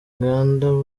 uganda